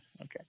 Okay